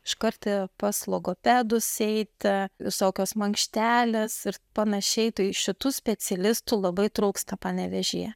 iš karto pas logopedus eiti visokios makštelės ir panašiai tai šitų specialistų labai trūksta panevėžyje